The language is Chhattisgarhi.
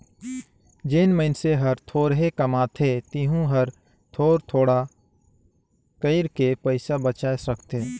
जेन मइनसे हर थोरहें कमाथे तेहू हर थोर थोडा कइर के पइसा बचाय सकथे